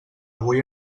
avui